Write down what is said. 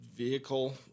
vehicle